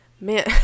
man